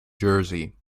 jersey